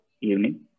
evening